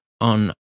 on